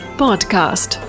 podcast